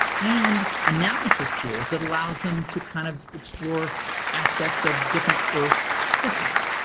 and analysis tools that allows them to kind of explore aspects of different earth systems.